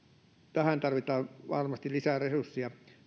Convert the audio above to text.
tähän tarvitaan varmasti lisää resursseja